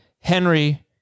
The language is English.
Henry